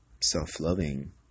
self-loving